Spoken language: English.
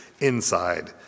inside